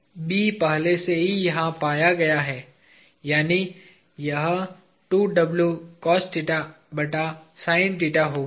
B पहले से ही यहां पाया गया है यानी यह होगा